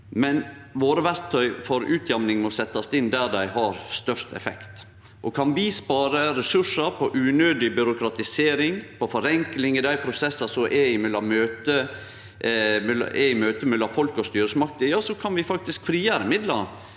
men verktøya for utjamning må setjast inn der dei har størst effekt. Kan vi spare resursar på unødig byråkratisering, på forenkling i dei prosessane som er i møtet mellom folk og styresmakter, kan vi faktisk frigjere midlar